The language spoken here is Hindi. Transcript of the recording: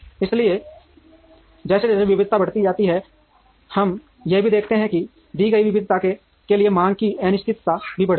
इसलिए जैसे जैसे विविधता बढ़ती जाती है हम यह भी देखते हैं कि दी गई विविधता के लिए मांग की अनिश्चितता भी बढ़ती है